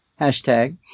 Hashtag